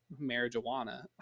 marijuana